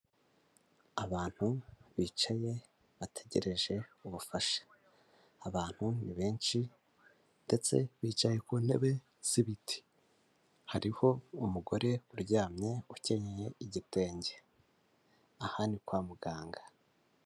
Abantu bicaye bategereje ubufasha, abantu ni benshi ndetse bicaye ku ntebe z'ibiti, hariho umugore uryamye ukenyeye igitenge, aha ni kwa muganga.